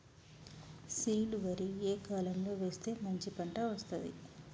Seed వరి ఏ కాలం లో వేస్తే మంచి పంట వస్తది?